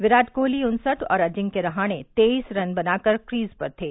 विराट कोहली उन्सठ और अजिंक्य रहाणे तेईस रन बनाकर क्रीज पर थे